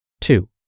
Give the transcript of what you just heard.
Two